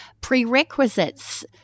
prerequisites